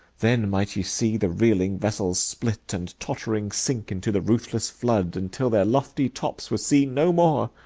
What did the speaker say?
then might ye see the reeling vessels split, and tottering sink into the ruthless flood, until their lofty tops were seen no more.